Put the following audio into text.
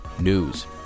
news